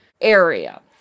area